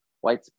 white